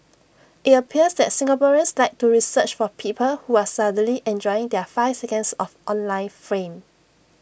IT appears that Singaporeans like to research for people who are suddenly enjoying their five seconds of online fame